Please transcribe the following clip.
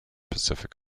pacific